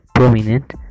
Prominent